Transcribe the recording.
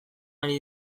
ari